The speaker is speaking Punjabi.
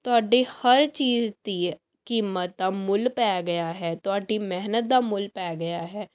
ਤੁਹਾਡੀ ਹਰ ਚੀਜ਼ ਦੀ ਕੀਮਤ ਦਾ ਮੁੱਲ ਪੈ ਗਿਆ ਹੈ ਤੁਹਾਡੀ ਮਿਹਨਤ ਦਾ ਮੁੱਲ ਪੈ ਗਿਆ ਹੈ